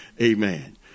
Amen